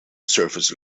service